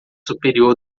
superior